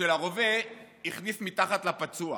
מתחת לפצוע